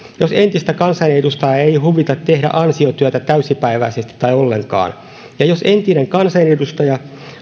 jos entistä kansanedustajaa ei huvita tehdä ansiotyötä täysipäiväisesti tai ollenkaan ja jos entinen kansanedustaja